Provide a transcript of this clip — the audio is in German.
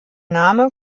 name